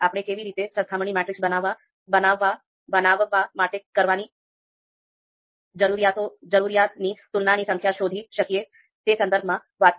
આપણે કેવી રીતે સરખામણી મેટ્રિક્સ બનાવવા માટે કરવાની જરૂરિયાતની તુલનાની સંખ્યા શોધી શકીએ તે સંદર્ભમાં વાત કરી